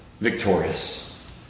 victorious